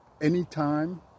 anytime